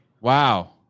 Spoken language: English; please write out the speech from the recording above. Wow